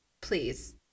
please